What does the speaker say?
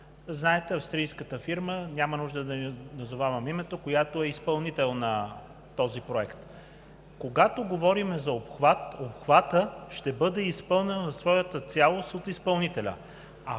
Знаете, че австрийската фирма – няма нужда да ѝ назовавам името, е изпълнител на този проект. Когато говорим за обхват, обхватът ще бъде изпълнен в своята цялост от изпълнителя,